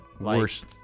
worse